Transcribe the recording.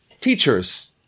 teachers